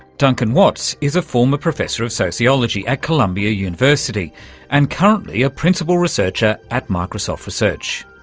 duncan watts is a former professor of sociology at columbia university and currently a principal researcher at microsoft research.